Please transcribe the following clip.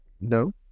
No